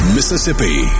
Mississippi